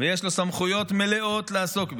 ויש לו סמכויות מלאות לעסוק בזה.